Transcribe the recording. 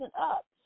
up